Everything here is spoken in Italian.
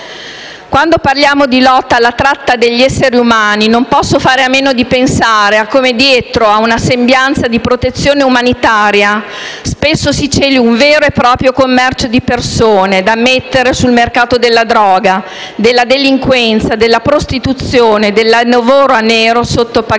Quando parliamo di lotta alla tratta degli esseri umani, non posso fare a meno di pensare a come, dietro a una sembianza di protezione umanitaria, spesso si celi un vero e proprio commercio di persone da mettere sul mercato della droga, della delinquenza, della prostituzione, del lavoro nero sottopagato.